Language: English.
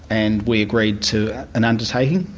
and we agreed to an undertaking.